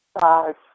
Five